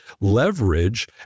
leverage